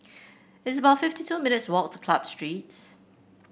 it's about fifty two minutes walk to Club Street